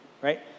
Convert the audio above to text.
right